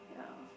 yeah